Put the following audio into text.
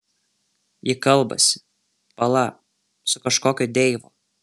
ji kalbasi pala su kažkokiu deivu